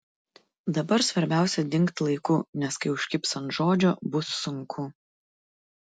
dabar svarbiausia dingt laiku nes kai užkibs ant žodžio bus sunku